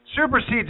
supersedes